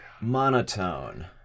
monotone